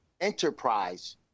enterprise